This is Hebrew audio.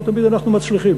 לא תמיד אנחנו מצליחים,